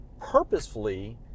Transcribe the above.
purposefully